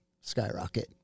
skyrocket